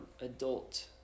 adult